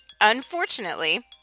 Unfortunately